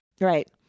Right